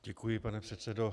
Děkuji, pane předsedo.